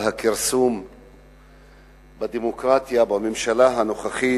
על הכרסום בדמוקרטיה בממשלה הנוכחית,